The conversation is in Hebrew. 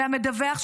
המדווח,